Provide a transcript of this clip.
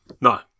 No